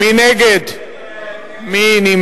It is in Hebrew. מי נגד?